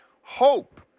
Hope